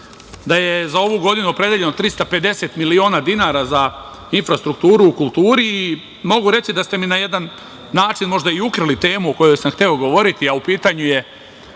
da je za ovu godinu opredeljeno 350 miliona dinara za infrastrukturu u kulturi i mogu reći da ste mi na jedan način možda i ukrali temu o kojoj sam hteo govoriti, a u pitanju je